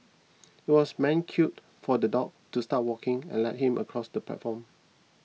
it was man cue for the dog to start walking and lead him across the platform